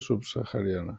subsahariana